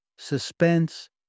suspense